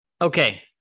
okay